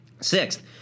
Sixth